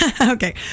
Okay